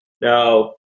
Now